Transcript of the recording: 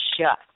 shut